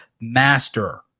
master